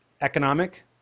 Economic